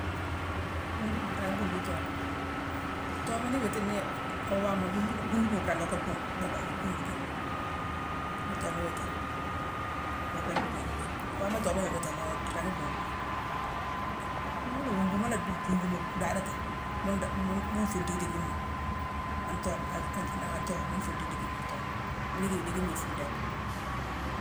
Gunguma mu ringi gungu itooma. Itooma ni iwiitine-ni awaama-gunguma-gunguma ringi ka-kon-dhockéyi-gungu ki. Nii itooma iwitine, go ringi gungu ki. Waama itooma iwa wiitini, ringi gungu nangh. Ni mo la wungu, mu la buu gunguma dhaadati, mu-do-mu-mu nfuntu idikiima an tooma-an-an-nangha an tooma, mu nfuntu idikima an too. Mu la yick idikima ifuune déck